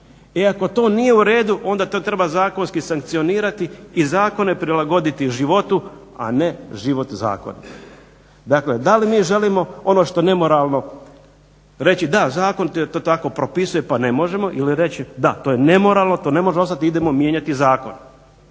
E ako to nije u redu onda to treba zakonski sankcionirati i zakone prilagoditi životu, a ne život zakonima. Dakle, da li mi želimo ono što je nemoralno reći, da zakon to tako propisuje pa ne možemo ili reći da, to je nemoralno, to ne može ostati idemo mijenjati zakon.